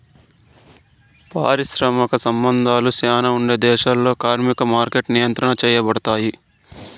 పారిశ్రామిక సంబంధాలు శ్యానా ఉండే దేశాల్లో కార్మిక మార్కెట్లు నియంత్రించబడుతాయి